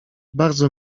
bardzo